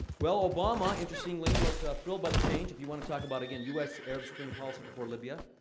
well, obama, interestingly, was thrilled by the change. if you wanna talk about, again, u s arab spring policy before libya.